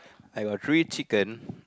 I got three chicken